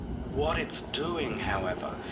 what it's doing however,